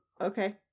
okay